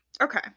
Okay